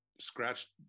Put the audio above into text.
scratched